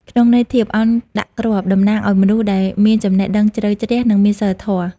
ក្នុងន័យធៀប «ឱនដាក់គ្រាប់» តំណាងឱ្យមនុស្សដែលមានចំណេះដឹងជ្រៅជ្រះ និងមានសីលធម៌។